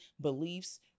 beliefs